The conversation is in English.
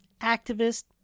activist